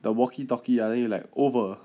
the walkie talkie ah then you like over